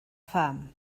pham